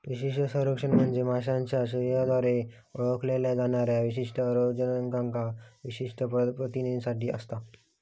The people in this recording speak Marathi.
विशिष्ट संरक्षण म्हणजे माशाच्या शरीराद्वारे ओळखल्या जाणाऱ्या विशिष्ट रोगजनकांका विशेष प्रतिसाद असता